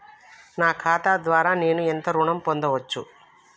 నా ఖాతా ద్వారా నేను ఎంత ఋణం పొందచ్చు?